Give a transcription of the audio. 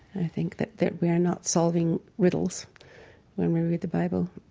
i think that that we are not solving riddles when we read the bible,